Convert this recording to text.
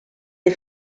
des